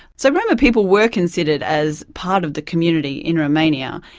so roma people were considered as part of the community in romania,